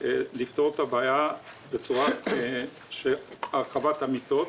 כדי לפתור את הבעיה על ידי הגדלת מספר המיטות,